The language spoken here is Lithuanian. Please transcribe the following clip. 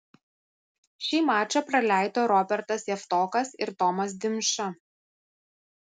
šį mačą praleido robertas javtokas ir tomas dimša